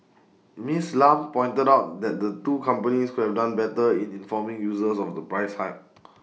Ms Lam pointed out that the two companies could have done better in informing users of the price hike